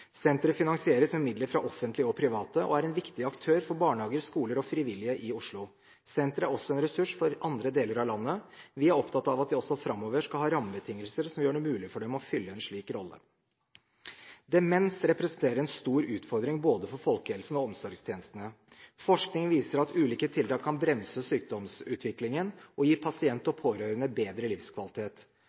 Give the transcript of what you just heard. Senteret finansieres med midler fra offentlige og private og er en viktig aktør for barnehager, skoler og frivillige i Oslo. Senteret er også en ressurs for andre deler av landet. Vi er opptatt av at de også framover skal ha rammebetingelser som gjør det mulig for dem å fylle en slik rolle. Demens representerer en stor utfordring både for folkehelsen og for omsorgstjenestene. Forskning viser at ulike tiltak kan bremse sykdomsutviklingen og gi pasient og pårørende bedre livskvalitet.